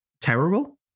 terrible